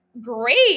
great